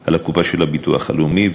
על הקופה של הביטוח הלאומי,